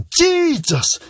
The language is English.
Jesus